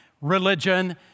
religion